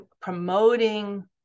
promoting